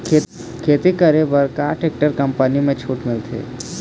खेती करे बर का टेक्टर कंपनी म छूट मिलथे?